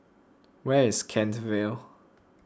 where is Kent Vale